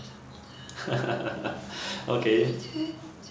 okay